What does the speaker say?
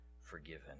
forgiven